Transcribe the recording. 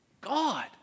God